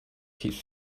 keep